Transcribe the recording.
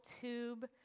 tube